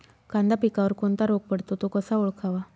कांदा पिकावर कोणता रोग पडतो? तो कसा ओळखावा?